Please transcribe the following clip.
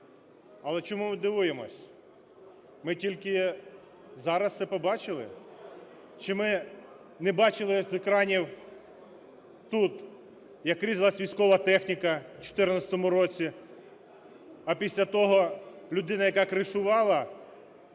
Але чому ми дивуємося? Ми тільки зараз це побачили? Чи ми не бачили з екранів тут, як різалась військова техніка в 14-му році, а після того людина, яка кришувала